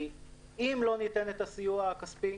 כי אם לא ניתן את הסיוע הכספי,